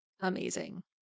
amazing